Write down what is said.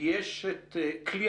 יש פה את כלי